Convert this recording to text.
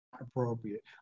appropriate